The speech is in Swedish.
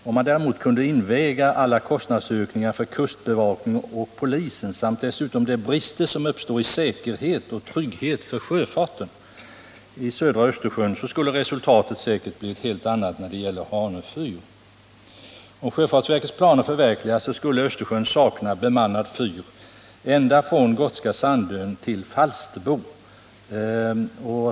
Om man däremot kunde inväga alla kostnadsökningar för kustbevakningen Nr 40 och polisen samt dessutom de brister som uppstår i säkerhet och trygghet för sjöfarten i södra Östersjön, så skulle resultatet säkert bli ett helt annat när det gäller Hanö fyr. Om sjöfartsverkets planer förverkligas skulle Östersjön sakna bemannad fyr ända från Gotska Sandön till Falsterbo.